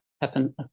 happen